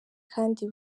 kandi